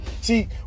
See